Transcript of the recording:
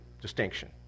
distinction